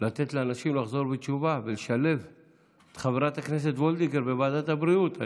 לתת לאנשים לחזור בתשובה ולשלב את חברת הכנסת וולדיגר בוועדת הבריאות.